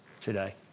today